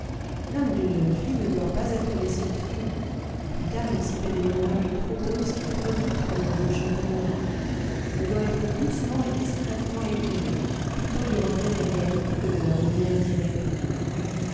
l'âme d'une jeune fille ne doit pas être laissée obscure plus tard il s'y fait des mirages trop brusques et trop vifs comme dans une chambre noire elle doit être doucement et discrètement éclairée plutôt du reflet des réalités que de leur lumière directe et dure